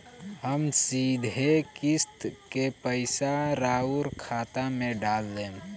हम सीधे किस्त के पइसा राउर खाता में डाल देम?